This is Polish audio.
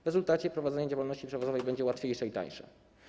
W rezultacie prowadzenie działalności przewozowej będzie łatwiejsze i tańsze.